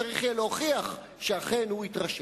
צריך יהיה להוכיח שאכן הוא התרשל.